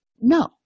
no